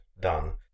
done